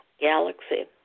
galaxy